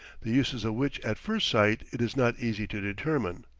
the uses of which at first sight it is not easy to determine.